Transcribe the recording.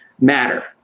matter